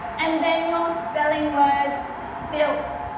and then your spelling word silk,